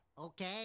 Okay